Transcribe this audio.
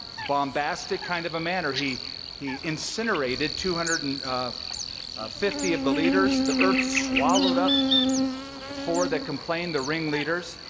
bombastic kind of a manner. he he incinerated two hundred and fifty of the leaders. the earth swallowed up the four that complained, the ringleaders.